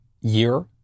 year